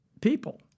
people